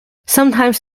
sometimes